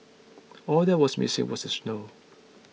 all that was missing was the snow